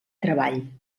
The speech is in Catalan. treball